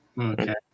Okay